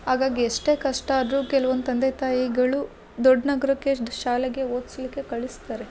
ಆಗಾಗ ಎಷ್ಟೇ ಕಷ್ಟ ಆದರೂ ಕೆಲ್ವೊಂದು ತಂದೆ ತಾಯಿಗಳು ದೊಡ್ಡ ನಗರಕ್ಕೆ ಶಾಲೆಗೆ ಓದ್ಸ್ಲಿಕ್ಕೆ ಕಳಿಸ್ತಾರೆ